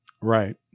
Right